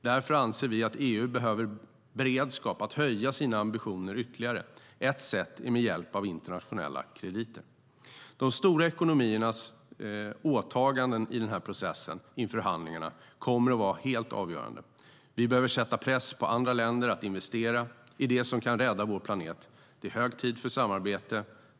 Därför anser vi att EU behöver beredskap för att höja sina ambitioner ytterligare. Ett sätt är med hjälp av internationella krediter.De stora ekonomiernas åtaganden i processen inför förhandlingarna kommer att vara helt avgörande. Vi behöver sätta press på andra länder att investera i det som kan rädda vår planet. Det är hög tid för samarbete.